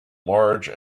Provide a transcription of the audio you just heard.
large